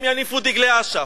הם יניפו דגלי אש"ף,